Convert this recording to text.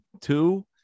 two